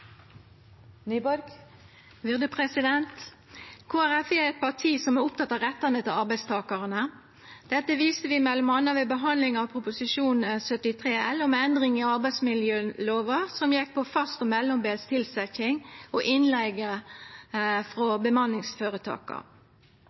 eit parti som er oppteke av rettane til arbeidstakarane. Dette viste vi m.a. ved behandlinga av Prop. 73 L for 2017–2018, om endring i arbeidsmiljølova, som gjekk på fast og mellombels tilsetjing og innleige frå